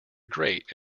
great